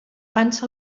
pansa